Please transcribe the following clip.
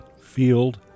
Field